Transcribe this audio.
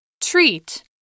Treat